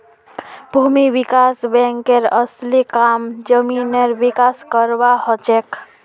भूमि विकास बैंकेर असली काम जमीनेर विकास करवार हछेक